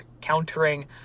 countering